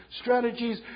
strategies